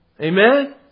amen